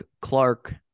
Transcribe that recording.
Clark